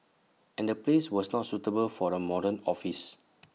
and the place was not suitable for A modern office